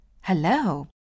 Hello